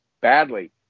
badly